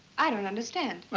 i don't understand.